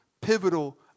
pivotal